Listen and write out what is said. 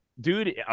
Dude